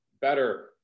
better